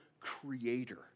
Creator